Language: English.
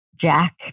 Jack